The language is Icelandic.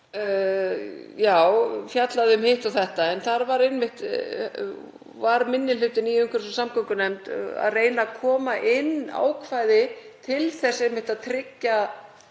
Það fjallaði um hitt og þetta, en þar var minni hlutinn í umhverfis- og samgöngunefnd að reyna að koma inn ákvæði til þess einmitt að tryggja